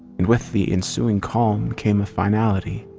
and with the ensuing calm came a finality.